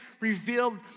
revealed